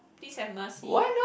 please have mercy